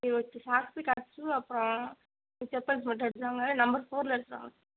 சரி okay socks cut shoe அப்புறம் செப்பல்ஸ் மட்டும் எடுத்துகிட்டு வாங்க நம்பர் ஃபோரில் எடுத்துகிட்டு வாங்க